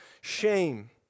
shame